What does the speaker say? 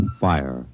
fire